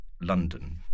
London